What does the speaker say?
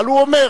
אבל הוא אומר,